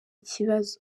ikibazo